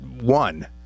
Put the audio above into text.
one